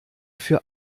für